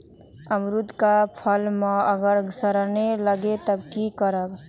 अमरुद क फल म अगर सरने लगे तब की करब?